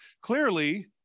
clearly